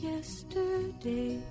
Yesterday